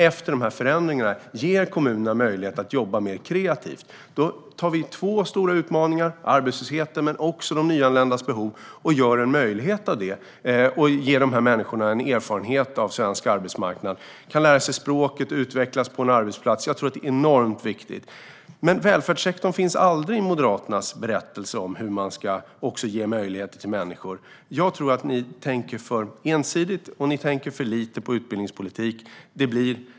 Efter de här förändringarna ges kommunerna möjlighet att jobba mer kreativt. Då tar vi två stora utmaningar - det handlar om arbetslösheten och om de nyanländas behov - och gör en möjlighet av dem och ger dessa människor en erfarenhet av svensk arbetsmarknad. De kan lära sig språket och utvecklas på en arbetsplats. Jag tror att det är enormt viktigt. Men välfärdssektorn finns aldrig i Moderaternas berättelse om hur man ska ge människor möjligheter. Jag tror att ni tänker för ensidigt, och ni tänker för lite på utbildningspolitik.